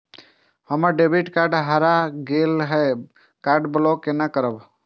हमर debit card हरा गेल ये कार्ड ब्लॉक केना करब?